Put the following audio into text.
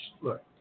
look